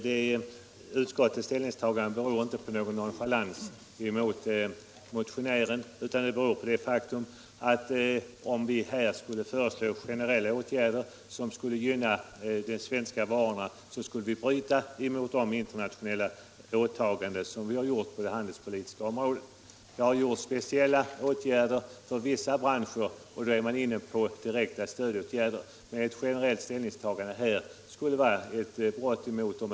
Herr talman! Utskottets ställningstagande beror inte på någon nonchalans mot motionären utan på det faktum att vi, om vi skulle föreslå generella åtgärder som gynnade de svenska varorna, skulle bryta mot våra internationella åtaganden på det handelspolitiska området. Däremot har det vidtagits speciella åtgärder mot vissa branscher, s.k. direkta stödåtgärder.